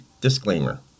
disclaimer